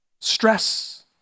Stress